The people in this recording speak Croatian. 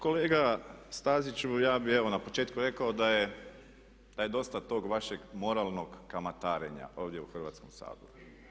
Pa kolega Staziću, ja bih evo na početku rekao da je, da je dosta tog vašeg moralnog kamatarenja ovdje u Hrvatskom saboru.